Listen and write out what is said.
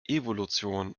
evolution